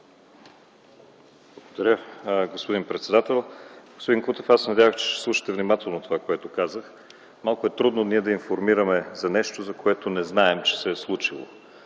Благодаря, господин председател. Господин Кутев, надявах се да слушате внимателно това, което казах. Малко е трудно ние да информираме за нещо, което не знаем, че се е случило.